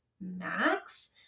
max